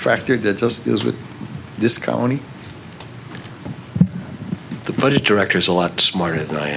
factor that is with this county the budget directors a lot smarter than i